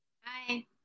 Hi